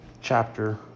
Chapter